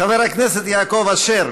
חבר הכנסת יעקב אשר,